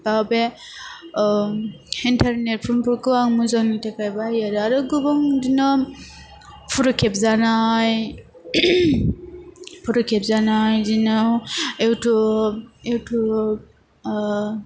ओह बे ओह एन्टारनेटफोरखौ आं मोजांनि थाखाय बाहायो आरो गुबुन बिदिनो फट' खेबजानाय फट' खेबजानाय बिदिनो इउटुब इउटुब ओह